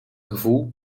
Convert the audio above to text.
gevoel